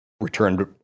returned